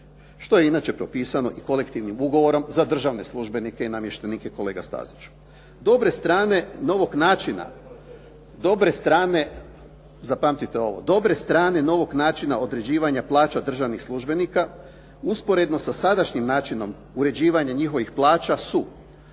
što je inače propisano i Kolektivnim ugovorom za državne službenike i namještenike kolega Staziću. Dobre strane novog načina, dobre strane zapamtite ovo dobre strane novog načina određivanja plaća državnih službenika usporedno sa sadašnjim načinom uređivanja njihovih plaća su: